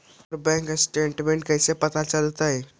हमर bank statement कैसे पता चलतै?